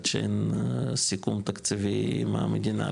עד שאין סיכום תקציבי עם המדינה,